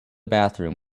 bathroom